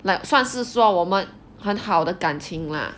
like 算是说我们很好的感情 lah